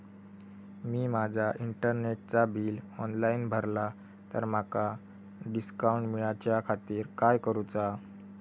मी माजा इंटरनेटचा bill online भरला तर माका डिस्काउंट मिलाच्या खातीर काय करुचा?